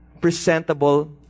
presentable